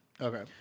Okay